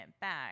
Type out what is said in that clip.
back